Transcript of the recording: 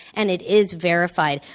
and it is verified.